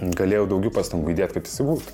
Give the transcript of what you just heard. galėjau daugiau pastangų įdėti kad jisai būtų